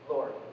Lord